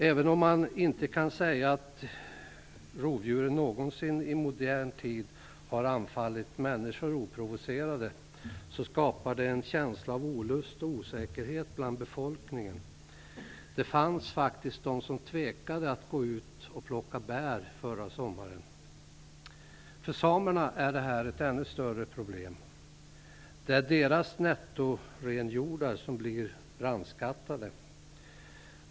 Även om man inte kan säga att rovdjuren någonsin i modern tid har anfallit människor oprovocerade skapar det här en känsla av olust och osäkerhet bland befolkningen. Det fanns faktiskt de som tvekade att gå ut och plocka bär förra sommaren. För samerna är det här ett ännu större problem. Det är deras nettorenhjordar som blir brandskattade.